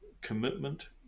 commitment